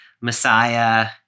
Messiah